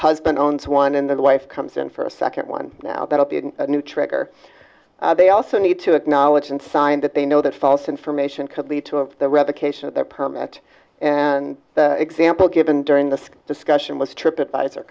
husband owns one in the wife comes in for a second one now that the new trigger they also need to acknowledge and sign that they know this false information could lead to a the revocation of their permit and the example given during this discussion was a trip advisor